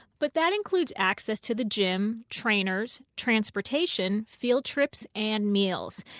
but that includes access to the gym, trainers, transportation, field trips, and meals.